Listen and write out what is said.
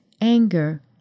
anger